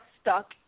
stuck